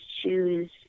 choose